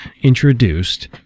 introduced